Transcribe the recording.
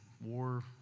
War